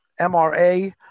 MRA